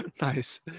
Nice